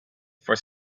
for